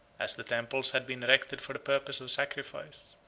as the temples had been erected for the purpose of sacrifice,